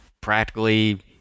practically